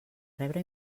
rebre